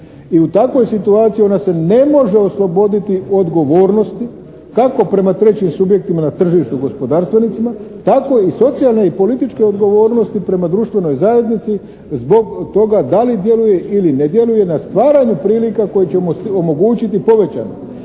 I u takvoj situaciji ona se ne može osloboditi odgovornosti kako prema trećim subjektima na tržištu gospodarstvenicima tako i socijalne i političke odgovornosti prema društvenoj zajednici zbog toga da li djeluje ili ne djeluje na stvaranju prilika koje će omogućiti povećano